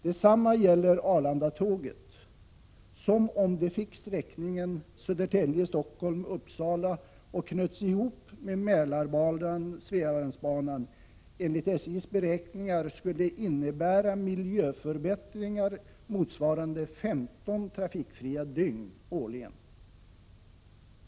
Detsamma gäller Arlandatåget som, om det fick sträckningen Södertälje-Stockholm— Uppsala och knöts ihop med Mälarbanan/Svealandsbanan, enligt SJ:s beräkningar skulle innebära miljöförbättringar motsvarande 15 trafikfria dygn årligen.